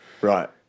Right